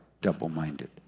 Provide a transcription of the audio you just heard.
double-minded